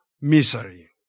misery